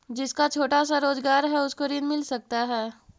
जिसका छोटा सा रोजगार है उसको ऋण मिल सकता है?